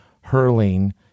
hurling